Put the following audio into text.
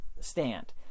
stand